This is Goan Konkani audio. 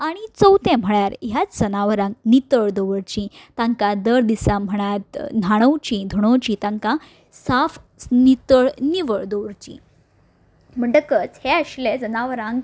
आनी चवथें म्हळ्यार ह्याच जनावरांक नितळ दवरचीं तांकां दर दिसा म्हणात न्हाणवची धुणोवची तांकां साफ नितळ निवळ दवरचीं म्हणटकच हें आशिल्लें जनावरांक